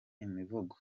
imivugo